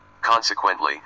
consequently